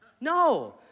No